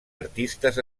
artistes